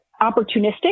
opportunistic